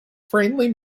friendly